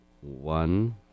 one